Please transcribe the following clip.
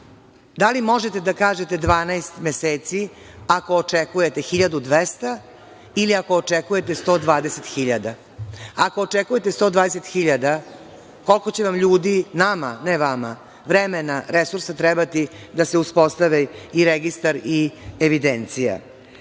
Da li možete da kažete 12 meseci ako očekujete 1.200 ili očekujete 120.000? Ako očekujete 120.000, koliko će vam ljudi, nama, ne vama, vremena, resursa, trebati da se uspostavi registar i evidencija?U